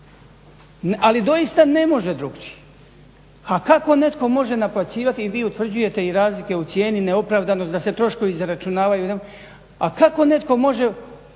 Ali doista ne može drukčije. A kako netko može naplaćivati i vi utvrđujete i razlike u cijeni neopravdano da se troškovi zaračunavaju, a kako netko može